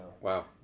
wow